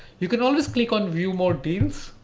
you can always click on view more deals